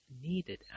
needed